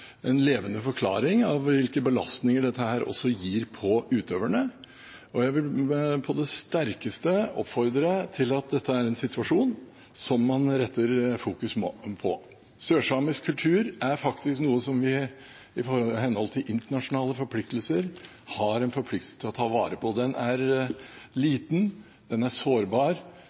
en hel næring. Vi fikk – både Storberget, Bakke-Jensen og jeg – en levende forklaring om hvilken belastning dette gir på utøverne, og jeg vil på det sterkeste oppfordre til at man fokuserer på denne situasjonen. Sørsamisk kultur er faktisk noe som vi har en internasjonal forpliktelse til å ta vare på. Den er